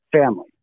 family